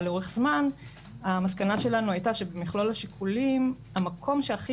לאורך זמן המסקנה שלנו הייתה שבמכלול השיקולים המקום שהכי